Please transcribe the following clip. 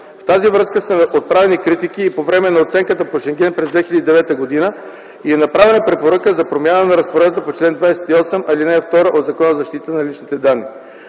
В тази връзка са отправени критики по време на оценката по Шенген през 2009 г. и е направена препоръка за промяна на разпоредбата по чл. 28, ал. 2 от Закона за защита на личните данни.